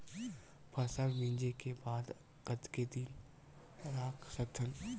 फसल मिंजे के बाद कतेक दिन रख सकथन?